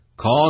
cause